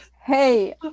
hey